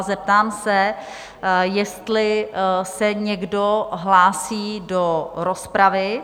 Zeptám se, jestli se někdo hlásí do rozpravy?